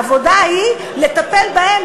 העבודה היא לטפל בהם,